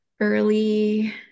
early